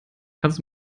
kannst